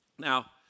Now